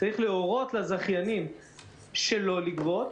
צריך להורות לזכיינים שלא לגבות,